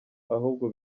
ahubwo